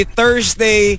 Thursday